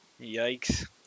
Yikes